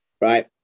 right